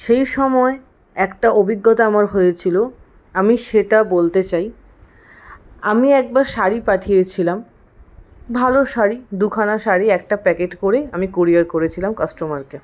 সেই সময় একটা অভিজ্ঞতা আমার হয়েছিল আমি সেটা বলতে চাই আমি একবার শাড়ি পাঠিয়েছিলাম ভালো শাড়ি দুখানা শাড়ি একটা প্যাকেট করে আমি ক্যুরিয়ার করেছিলাম কাস্টমারকে